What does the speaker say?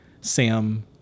Sam